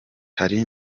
hari